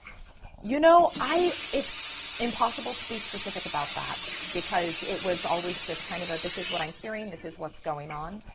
you know, i, it's impossible to be specific about that because it was always just kind of ah this is what i'm hearing, this is what's going on.